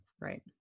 right